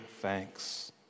thanks